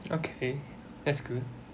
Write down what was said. okay that's good